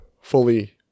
fully